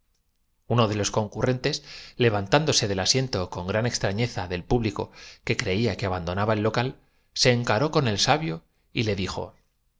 de los concurrentes levantándose del asiento con gran su en extrañeza del público que creía que abandonaba el tiempo porque en efecto merced á él puede uno des local se encaró con el sabio y le dijo ayunarse á